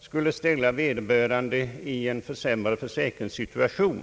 skulle ställa vederbörande i en försämrad försäkringssituation.